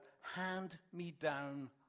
hand-me-down